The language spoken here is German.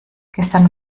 gestern